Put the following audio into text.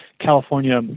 California